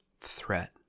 threat